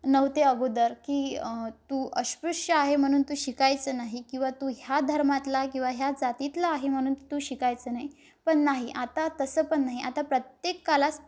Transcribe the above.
न्हवते अगोदर की तू अस्पृश्य आहे म्हणून तू शिकायचं नाही किंवा तू ह्या धर्मातला किंवा ह्या जातीतला आहे म्हणून तू शिकायचं नाही पण नाही आता तसं पण नाही आता प्रत्येकालाच